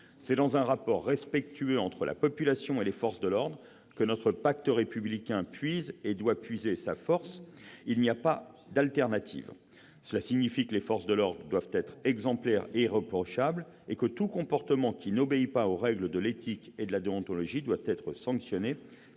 C'est dans le rapport respectueux entre la population et les forces de l'ordre que notre pacte républicain puise, et doit puiser, sa force. Il n'y a pas d'alternative. Cela signifie que les forces de l'ordre doivent être exemplaires et irréprochables, et tout comportement qui n'obéit pas aux règles de l'éthique et de la déontologie est sanctionné.